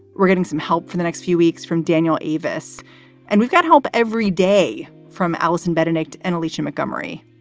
we're getting some help for the next few weeks from daniel eavis and we've got help every day from allison but bettencourt and alicia mcmurry.